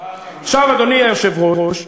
עכשיו, אדוני היושב-ראש,